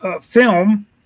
film